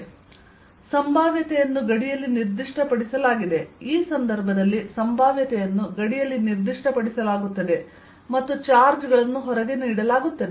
ಸಂಭಾವ್ಯತೆಯನ್ನುಗಡಿಯಲ್ಲಿ ನಿರ್ದಿಷ್ಟಪಡಿಸಲಾಗಿದೆ ಈ ಸಂದರ್ಭದಲ್ಲಿ ಸಂಭಾವ್ಯತೆಯನ್ನು ಗಡಿಯಲ್ಲಿ ನಿರ್ದಿಷ್ಟಪಡಿಸಲಾಗುತ್ತದೆ ಮತ್ತು ಚಾರ್ಜ್ ಗಳನ್ನು ಹೊರಗೆ ನೀಡಲಾಗುತ್ತದೆ